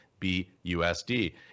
BUSD